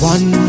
One